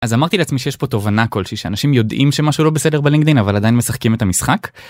אז אמרתי לעצמי שיש פה תובנה כלשהי שאנשים יודעים שמשהו לא בסדר בלינקדין אבל עדיין משחקים את המשחק.